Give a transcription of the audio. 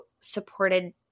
supported